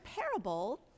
parable